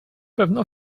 pewno